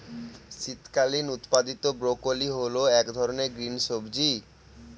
শীতকালীন উৎপাদীত ব্রোকলি হল এক ধরনের গ্রিন সবজি